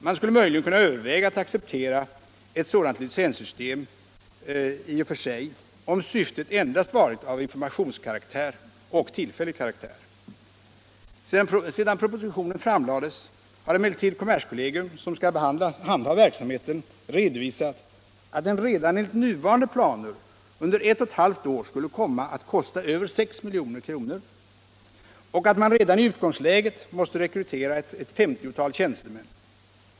Man skulle möjligen ha kunnat överväga att acceptera ett sådant licenssystem i och för sig om syftet endast varit av informationskaraktär — och om systemet varit av tillfällig karaktär. Sedan propositionen framlades har emellertid kommerskollegium, som skall handha verksamheten, redovisat att den redan enligt nuvarande planer under ett och ett halvt år skulle komma att kosta över 6 milj.kr. och att man redan i utgångsläget måste rekrytera ett femtiotal tjänstemän.